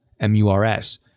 MURS